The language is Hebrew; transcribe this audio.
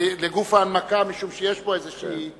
ולגוף ההנמקה, משום שיש פה איזו תהייה.